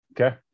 Okay